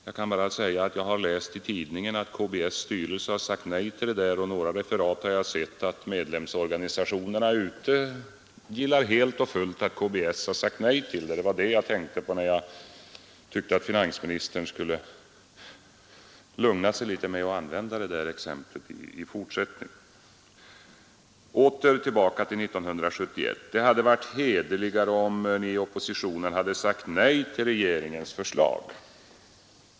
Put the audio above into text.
Jag kan bara säga att jag har läst i tidningen att KBS:s styrelse har sagt nej till detta, och i några referat har jag sett att medlemmarna ute i området helt och fullt gillar att KBS har sagt nej. Det var det jag tänkte på när jag tyckte att finansministern skulle lugna sig litet med att använda det exemplet i fortsättningen. Åter tillbaka till 1971. Det hade varit hederligare om ni i oppositionen hade sagt nej till regeringens förslag, heter det.